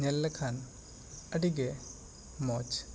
ᱧᱮᱞ ᱞᱮᱠᱷᱟᱱ ᱟᱹᱰᱤ ᱜᱮ ᱢᱚᱡᱽ